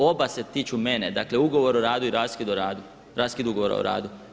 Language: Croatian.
Oba se tiču mene, dakle ugovor o radu i raskid o radu, raskid ugovora o radu.